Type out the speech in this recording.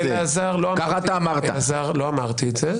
אלעזר, לא אמרתי.